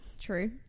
True